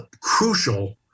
crucial